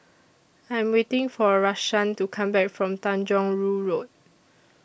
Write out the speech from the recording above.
I Am waiting For Rashaan to Come Back from Tanjong Rhu Road